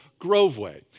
Groveway